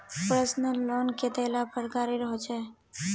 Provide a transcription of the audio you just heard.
Personal loan कतेला प्रकारेर होचे?